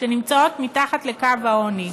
שנמצאות מתחת לקו העוני,